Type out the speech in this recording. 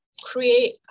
create